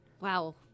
Wow